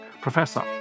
professor